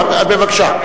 בבקשה.